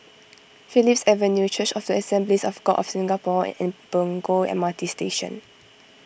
Phillips Avenue Church of the Assemblies of God of Singapore and Punggol M R T Station